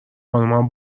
خانمم